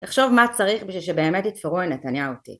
תחשוב מה צריך בשביל שבאמת יתפרו לנתניהו תיק.